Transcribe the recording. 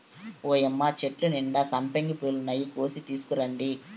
ఓయ్యమ్మ చెట్టు నిండా సంపెంగ పూలున్నాయి, కోసి తీసుకురండి